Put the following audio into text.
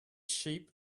sheep